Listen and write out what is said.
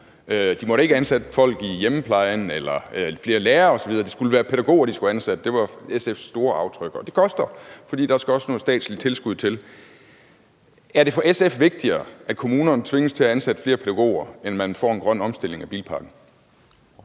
De måtte ikke ansætte folk i hjemmeplejen eller flere lærere osv. – det skulle være pædagoger, de skulle ansætte. Det var SF's store aftryk. Og det koster, fordi der også skal noget statsligt tilskud til. Er det for SF vigtigere, at kommunerne tvinges til at ansætte flere pædagoger, end at man får en grøn omstilling af bilparken?